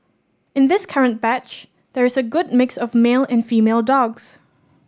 in this current batch there is a good mix of male and female dogs